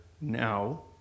now